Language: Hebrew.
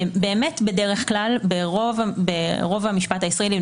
ברוב המשפט הישראלי,